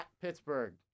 Pittsburgh